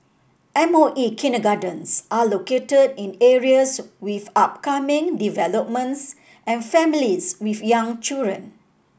M O E kindergartens are located in areas with upcoming developments and families with young children